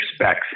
specs